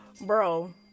bro